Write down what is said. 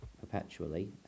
perpetually